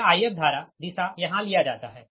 यह If धारा दिशा यहाँ लिया जाता है